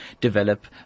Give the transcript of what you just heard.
develop